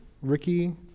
Ricky